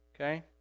okay